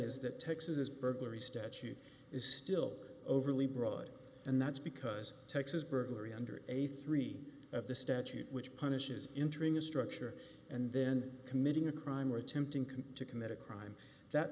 is that texas burglary statute is still overly broad and that's because texas burglary under a three of the statute which punishes intrigue a structure and then committing a crime or attempting to commit a crime that